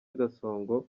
gasongo